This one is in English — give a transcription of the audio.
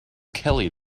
kelly